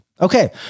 Okay